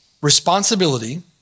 responsibility